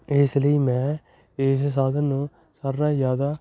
ਇਸ ਲਈ ਮੈਂ ਇਸ ਸਾਧਨ ਨੂੰ ਸਾਰਿਆਂ ਨਾਲੋਂ ਜ਼ਿਆਦਾ